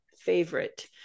favorite